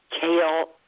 Kale